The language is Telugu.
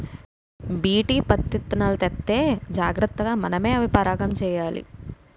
బీటీ పత్తిత్తనాలు తెత్తే జాగ్రతగా మనమే అవి పరాగం చెయ్యాలి